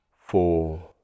four